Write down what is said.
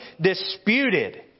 disputed